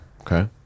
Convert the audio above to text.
Okay